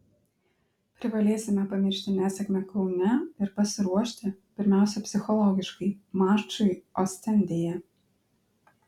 privalėsime pamiršti nesėkmę kaune ir pasiruošti pirmiausiai psichologiškai mačui ostendėje